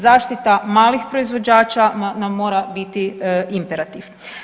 Zaštita malih proizvođača nam mora biti imperativ.